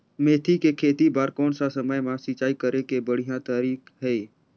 मेथी के खेती बार कोन सा समय मां सिंचाई करे के बढ़िया तारीक हे?